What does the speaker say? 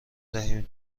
دهیم